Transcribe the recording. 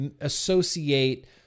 associate